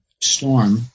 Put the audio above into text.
storm